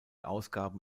ausgaben